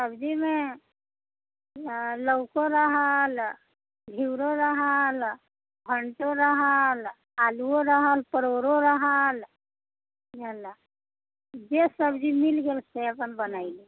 सब्जीमे लौको रहल घिउरो रहल भंटो रहल आलुओ रहल परोरो रहल इहेलए जे सब्जी मिल गेल से अपन बनैली